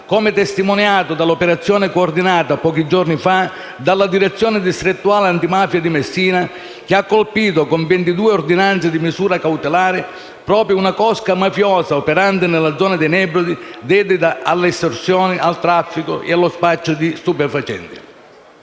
come testimoniato dall'operazione coordinata pochi giorni fa dalla Direzione distrettuale antimafia di Messina, che ha colpito con ventidue ordinanze di misure cautelari proprio una cosca mafiosa operante nella zona dei Nebrodi, dedita alle estorsioni, al traffico e allo spaccio di stupefacenti.